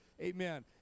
Amen